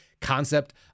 concept